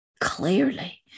clearly